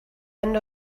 end